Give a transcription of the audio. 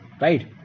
right